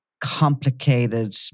complicated